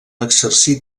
exercí